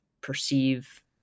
perceive